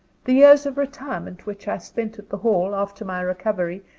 the years of retirement which i spent at the hall, after my recovery,